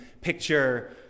picture